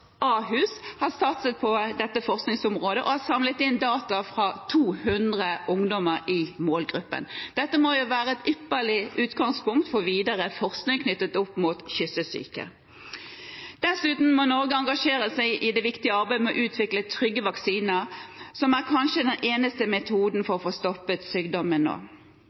Ahus har satset på dette forskningsområdet og har samlet inn data fra 200 ungdommer i målgruppen. Dette må være et ypperlig utgangspunkt for videre forskning knyttet opp mot kyssesyke. Dessuten må Norge engasjere seg i det viktige arbeidet med å utvikle trygge vaksiner, som kanskje er den eneste metoden for å få stoppet sykdommen nå.